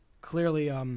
clearly